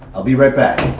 i'll be right back.